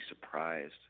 surprised